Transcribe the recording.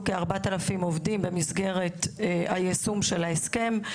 כ-4,000 עובדים במסגרת היישום של ההסכם.